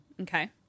Okay